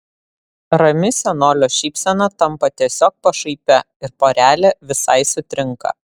rami senolio šypsena tampa tiesiog pašaipia ir porelė visai sutrinka